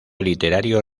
literario